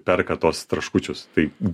perka tuos traškučius tai